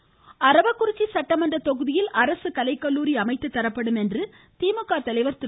ஸ்டாலின் அரவக்குறிச்சி சட்டமன்ற தொகுதியில் அரசு கலைக்கல்லுாாி அமைத்து தரப்படும் என்று திமுக தலைவர் திரு